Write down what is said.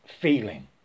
feeling